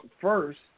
first